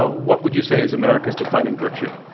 ah what would you say is america's defining virtue?